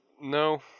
no